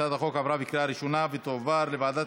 הצעת החוק עברה בקריאה ראשונה ותועבר לוועדת